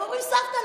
הם אומרים: סבתא,